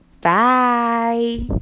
Bye